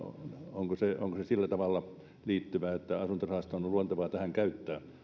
onko se onko se sillä tavalla liittyvää että asuntorahastoa on luontevaa tähän käyttää